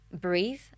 breathe